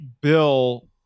bill